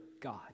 God